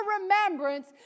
remembrance